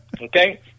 Okay